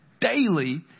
daily